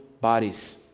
bodies